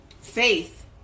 Faith